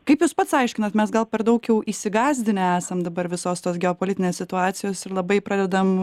kaip jūs pats aiškinat mes gal per daug jau įsigąsdinę esam dabar visos tos geopolitinės situacijos ir labai pradedam